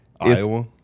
Iowa